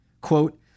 Quote